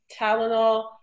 Tylenol